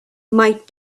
might